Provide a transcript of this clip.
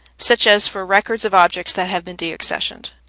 such as for records of objects that have been deaccessioned.